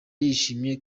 yishimye